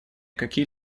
какие